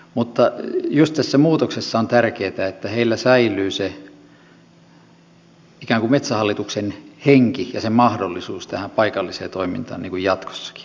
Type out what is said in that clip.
mutta just tässä muutoksessa on tärkeätä että heillä säilyy se ikään kuin metsähallituksen henki ja se mahdollisuus tähän paikalliseen toimintaan jatkossakin